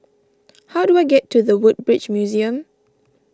how do I get to the Woodbridge Museum